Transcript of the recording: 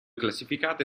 classificate